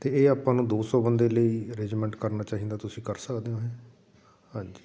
ਅਤੇ ਇਹ ਆਪਾਂ ਨੂੰ ਦੋ ਸੌ ਬੰਦੇ ਲਈ ਅਰੇਂਜਮੈਂਟ ਕਰਨਾ ਚਾਹੀਦਾ ਤੁਸੀਂ ਕਰ ਸਕਦੇ ਹੋ ਇਹ ਹਾਂਜੀ